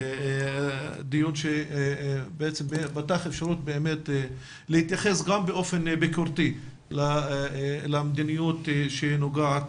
דיון שפתח אפשרות להתייחס גם באופן ביקורתי למדיניות שנוגעת